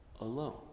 alone